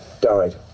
died